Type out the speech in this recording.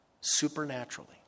supernaturally